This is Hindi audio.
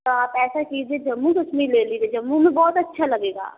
तो आप ऐसा कीजिए जम्मू कश्मीर ले लीजिए जम्मू में बहुत अच्छा लगेगा